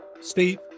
Steve